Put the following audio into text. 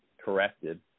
corrected